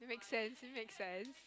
sense it makes sense